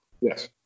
Yes